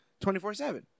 24-7